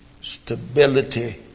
stability